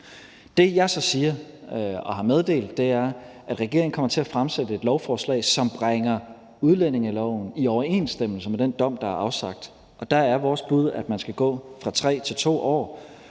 Det, jeg så siger og har meddelt, er, at regeringen kommer til at fremsætte et lovforslag, som bringer udlændingeloven i overensstemmelse med den dom, der er afsagt, og der er vores bud, at man skal gå fra 3 til 2 år.